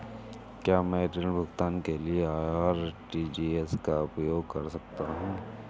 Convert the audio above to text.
क्या मैं ऋण भुगतान के लिए आर.टी.जी.एस का उपयोग कर सकता हूँ?